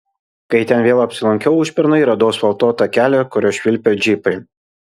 kai ten pat vėl apsilankiau užpernai radau asfaltuotą kelią kuriuo švilpė džipai